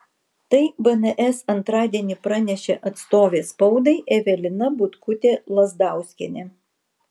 tai bns antradienį pranešė atstovė spaudai evelina butkutė lazdauskienė